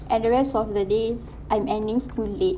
and the rest of the days I'm ending school late